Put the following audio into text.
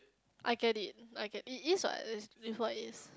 I get it I get it it is what it what is